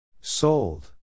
Sold